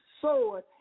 sword